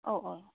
औ औ